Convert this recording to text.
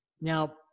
Now